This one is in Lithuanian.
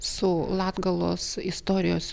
su latgalos istorijos